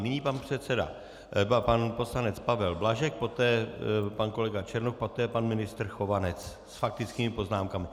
Nyní pan předseda, pan poslanec Pavel Blažek, poté pan kolega Černoch, poté pan ministr Chovanec s faktickými poznámkami.